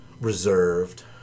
reserved